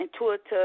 intuitive